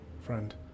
Friend